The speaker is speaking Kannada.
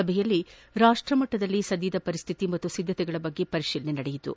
ಸಭೆಯಲ್ಲಿ ರಾಷ್ಟಮಟ್ಟದಲ್ಲಿನ ಸದ್ಯದ ಪರಿಸ್ತಿತಿ ಮತ್ತು ಸಿದ್ದತೆಗಳ ಕುರಿತು ಪರಿಶೀಲಿಸಲಾಯಿತು